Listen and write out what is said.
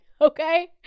okay